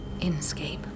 INSCAPE